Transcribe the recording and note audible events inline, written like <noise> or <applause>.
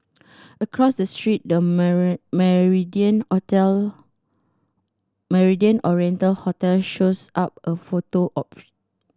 across the street the <unintelligible> Mandarin <unintelligible> Mandarin Oriental hotel shows up a photo op